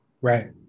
Right